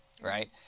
right